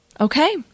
okay